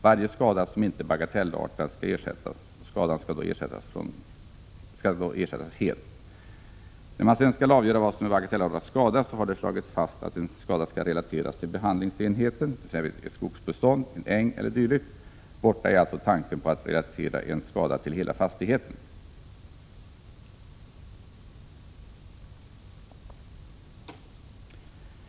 Varje skada som inte är bagatellartad skall ersättas helt. När man sedan skall avgöra vad som är bagatellartad skada har det slagits fast att skadan skall relateras till behandlingsenheten, t.ex. ett skogsbestånd, en äng e.d. Borta är alltså tanken på att relatera en skada till hela fastigheten.